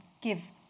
give